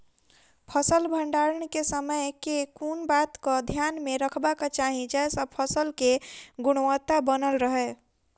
फसल भण्डारण केँ समय केँ कुन बात कऽ ध्यान मे रखबाक चाहि जयसँ फसल केँ गुणवता बनल रहै?